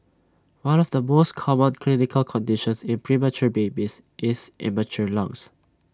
one of the most common clinical conditions in premature babies is immature lungs